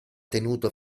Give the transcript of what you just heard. tenuto